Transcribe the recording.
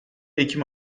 ekim